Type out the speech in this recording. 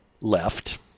left